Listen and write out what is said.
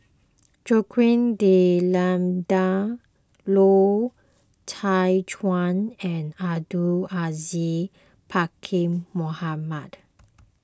Joaquim D'Almeida Loy Chye Chuan and Abdul Aziz Pakkeer Mohamed